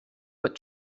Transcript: but